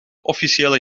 officiële